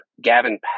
Gavin